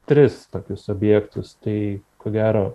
tris tokius objektus tai ko gero